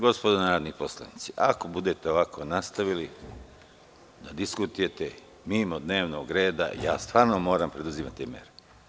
Gospodo narodni poslanici, ako budete ovako nastavili da diskutujete mimo dnevnog reda, ja stvarno moram preduzimati mere.